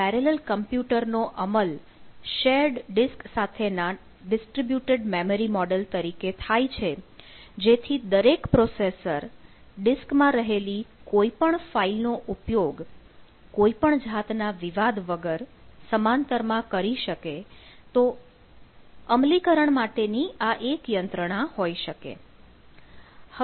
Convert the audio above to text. parallel computer નો અમલ shared disk સાથે ના ડિસ્ટ્રીબ્યુટેડ મેમરી મોડેલ તરીકે થાય છે જેથી દરેક પ્રોસેસર ડિસ્કમાં રહેલી કોઇ પણ ફાઇલ નો ઉપયોગ કોઈપણ જાતના વિવાદ વગર સમાંતર માં કરી શકે તો અમલીકરણ માટેની આ એક યંત્રણા હોઈ શકે